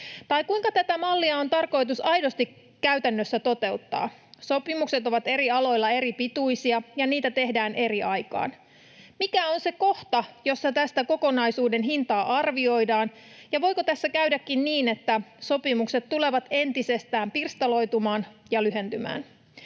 Tai kuinka tätä mallia on tarkoitus aidosti käytännössä toteuttaa? Sopimukset ovat eri aloilla eri pituisia, ja niitä tehdään eri aikaan. Mikä on se kohta, jossa tätä kokonaisuuden hintaa arvioidaan, ja voiko tässä käydäkin niin, että sopimukset tulevat entisestään pirstaloitumaan ja lyhentymään?